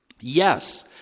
Yes